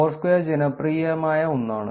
Foursquare ജനപ്രിയമായ ഒന്നാണ്